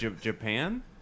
Japan